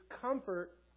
comfort